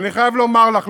ואני חייב לומר לך,